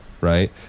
Right